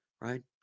right